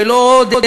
ולא עוד,